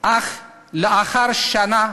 אך לאחר שנה